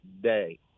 day